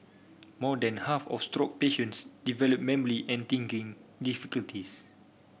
more than half of stroke patients develop memory and thinking difficulties